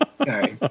Okay